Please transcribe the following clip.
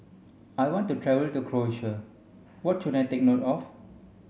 I want to travel to Croatia what should I take note of